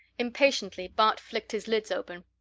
impatiently bart flicked his lids open.